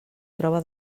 troba